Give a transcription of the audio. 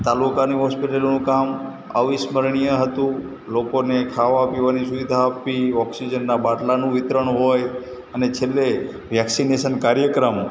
તાલુકાની હોસ્પિટલોનું કામ અવિસ્મરણિય હતું લોકોને ખાવા પીવાની સુવિધા આપવી ઓક્સિજનના બાટલાનું વિતરણ હોય અને છેલ્લે વેક્સિનેશન કાર્યક્રમ